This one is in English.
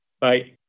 bye